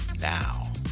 Now